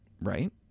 right